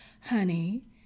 honey